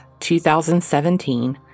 2017